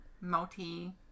Multi